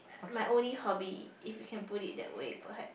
my only hobby if you can put it that way perhaps